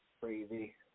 crazy